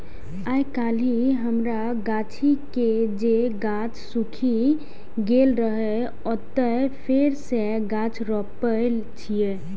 आइकाल्हि हमरा गाछी के जे गाछ सूखि गेल रहै, ओतय फेर सं गाछ रोपै छियै